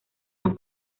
las